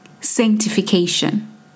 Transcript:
sanctification